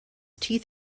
teeth